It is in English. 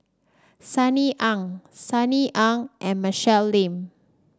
Sunny Ang Sunny Ang and Michelle Lim